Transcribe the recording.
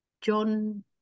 John